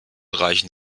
reichen